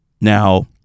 now